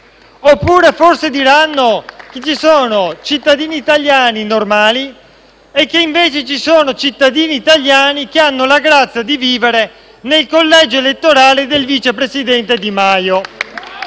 Oppure, forse, diranno che ci sono cittadini italiani normali e che, invece, ci sono cittadini italiani che hanno la grazia di vivere nel collegio elettorale del vice presidente Di Maio?